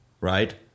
Right